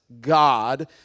God